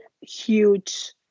huge